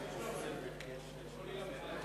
אבקש להוסיף את קולי בעד.